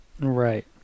Right